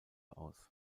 aus